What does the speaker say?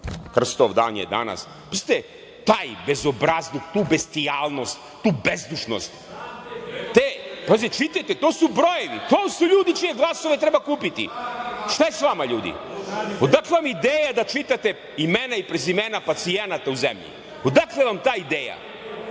Krstovdan je danas pazite taj bezobrazluk, tu bestijalnost, tu bezdušnost te pazite čitajte, to su brojevi, to su ljudi čije glasove treba kupiti, šta je sa vama ljudi? Odakle vam ideja da čitate imena i prezimena pacijenata u zemlji? Odakle vam ta ideja? Kažem